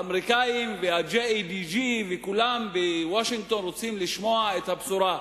האמריקנים וה-JEDG וכולם בוושינגטון רוצים לשמוע את הבשורה: